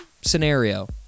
scenario